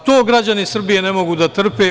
To građani Srbije ne mogu da trpe.